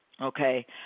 okay